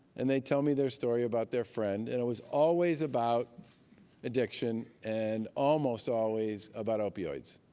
and they'd tell me their story about their friend. and it was always about addiction, and almost always about opioids.